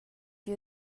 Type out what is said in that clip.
you